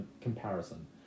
comparison